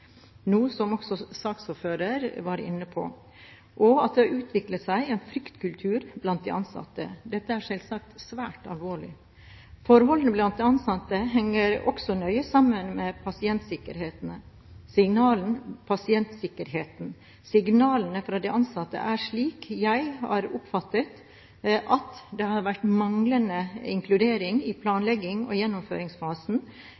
at det utviklet seg en fryktkultur blant de ansatte. Dette er selvsagt svært alvorlig. Forholdene blant de ansatte henger også nøye sammen med pasientsikkerheten. Signalene fra de ansatte er – slik jeg har oppfattet det – at det har vært manglende inkludering i